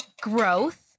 Growth